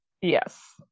Yes